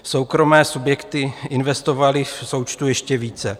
Soukromé subjekty investovaly v součtu ještě více.